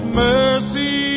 mercy